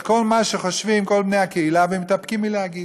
כל מה שחושבים כל בני-הקהילה ומתאפקים מלהגיד.